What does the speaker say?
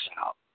out